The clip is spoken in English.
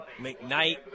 McKnight